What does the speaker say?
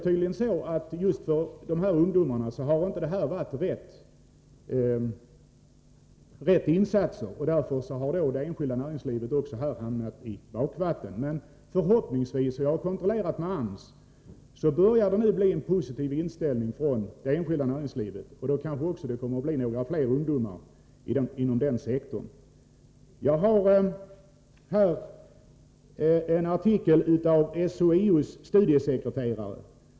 Tydligen har det inte varit rätt insatser just nu med ungdomslagen. Därför har det enskilda näringslivet också här hamnat i bakvatten. Men förhoppningsvis — jag har kontrollerat med AMS — börjar det nu bli en positiv inställning från det enskilda näringslivet, och då kanske det också kommer att bli några fler ungdomar inom den sektorn. Jag har här en artikel av SHIO:s studiesekreterare.